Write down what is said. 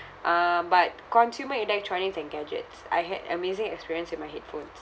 uh but consumer electronics and gadgets I had amazing experience with my headphones